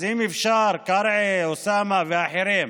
אז אם אפשר, קרעי, אוסאמה ואחרים,